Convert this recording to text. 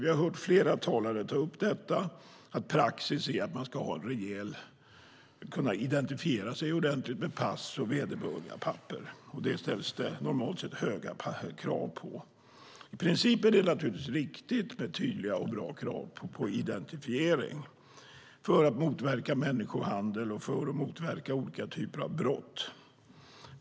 Vi har hört flera talare ta upp att praxis är att man kan identifiera sig ordentligt med pass och vederbörliga papper. Det ställs normalt sett höga krav på detta. I princip är det naturligtvis viktigt med tydliga och bra krav på identifiering för att motverka människohandel och olika typer av brott.